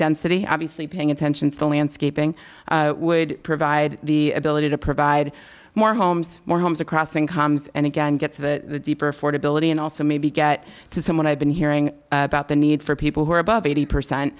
density obviously paying attention to the landscaping would provide the ability to provide more homes more homes across incomes and again gets the deeper affordability and also maybe get to someone i've been hearing about the need for people who are above eighty